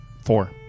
Four